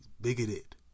bigoted